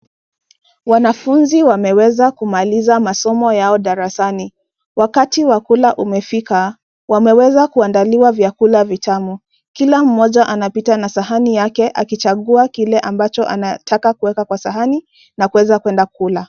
Wanafunzi wameweza kumaliza masomo yao darasani, wakati wa kula umefika wameweza kuandaliwa vyakula vitamu. Kila moja anapita na sahani yake akichagua kile ambacho anataka kuweka kwa sahani na kuweza kwenda kula.